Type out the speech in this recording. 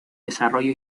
desarrollo